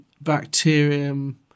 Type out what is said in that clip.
bacterium